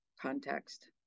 context